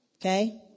Okay